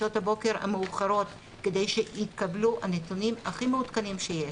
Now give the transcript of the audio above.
בשעות הבוקר המאוחרות כדי שיתקבלו הנתונים הכי מעודכנים שיש.